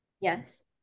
Yes